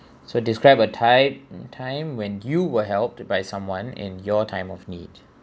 so describe a type mm time when you were helped by someone in your time of need